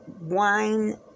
wine